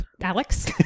Alex